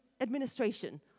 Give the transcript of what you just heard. administration